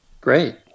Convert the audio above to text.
Great